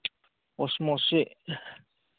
ꯑꯣꯁꯃꯣꯁꯁꯤ